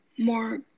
more